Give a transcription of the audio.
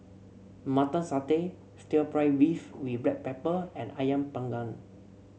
Mutton Satay stir fry beef with Black Pepper and ayam Panggang